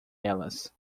elas